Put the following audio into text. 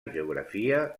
geografia